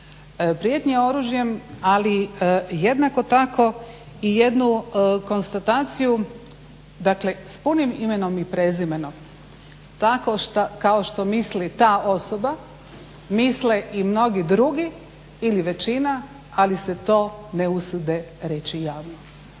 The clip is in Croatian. prijetnje oružjem ali jednako tako i jednu konstataciju, dakle s punim imenom i prezimenom tako kao što misli ta osoba misle i mnogi drugi ili većina ali se to ne usude reći javno.